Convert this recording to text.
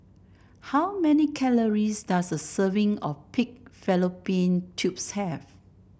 how many calories does a serving of Pig Fallopian Tubes have